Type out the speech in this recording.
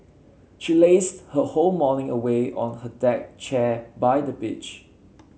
she lazed her whole morning away on a deck chair by the beach